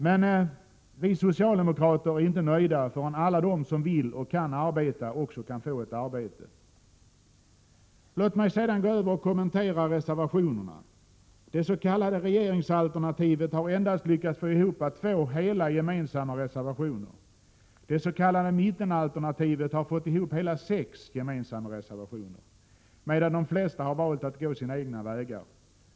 Men vi socialdemokrater är inte nöjda förrän alla de som vill och kan arbeta också kan få ett arbete. Låt mig sedan gå över till att kommentera reservationerna. Det s.k. regeringsalternativet har endast lyckats få ihop två hela gemensamma reservationer. Det s.k. mittenalternativet har fått ihop hela sex gemensamma reservationer, medan de flesta har valt att gå sina egna vägar.